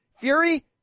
Fury